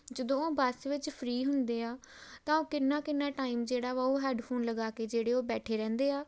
ਜਦੋਂ ਉਹ ਬੱਸ ਵਿੱਚ ਫ੍ਰੀ ਹੁੰਦੇ ਆ ਤਾਂ ਉਹ ਕਿੰਨਾ ਕਿੰਨਾ ਟਾਈਮ ਜਿਹੜਾ ਵਾ ਉਹ ਹੈੱਡਫੋਨ ਲਗਾ ਕੇ ਜਿਹੜੇ ਉਹ ਬੈਠੇ ਰਹਿੰਦੇ ਆ